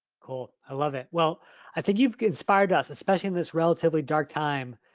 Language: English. cool, i love it. well i think you've inspired us, especially in this relatively dark time,